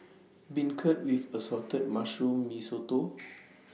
Beancurd with Assorted Mushrooms Mee Soto